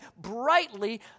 brightly